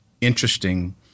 interesting